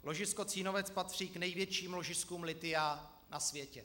Ložisko Cínovec patří k největším ložiskům lithia na světě.